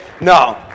No